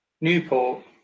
Newport